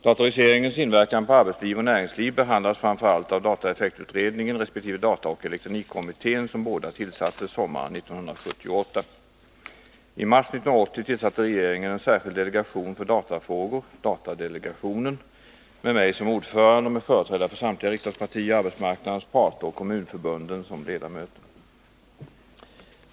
Datoriseringens inverkan på arbetsliv och näringsliv behandlas framför allt av dataeffektutredningen resp. dataoch elektronikkommittén, som båda tillsattes sommaren 1978. I mars 1980 tillsatte regeringen en särskild delegation för datafrågor, datadelegationen, med mig som ordförande och med företrädare för samtliga riksdagspartier, arbetsmarknadens parter och kommunförbunden som ledamöter.